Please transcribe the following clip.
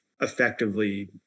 effectively